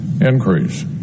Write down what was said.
increase